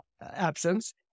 absence